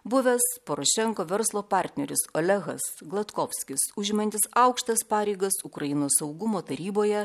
buvęs porošenkos verslo partneris olegasglatkovskis užimantis aukštas pareigas ukrainos saugumo taryboje